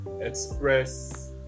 express